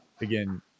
again